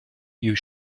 you